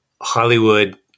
Hollywood